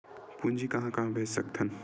पूंजी कहां कहा भेज सकथन?